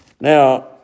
Now